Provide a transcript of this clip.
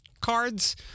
cards